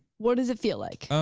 what does it feel like?